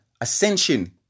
ascension